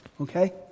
okay